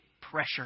pressure